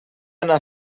anar